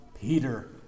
Peter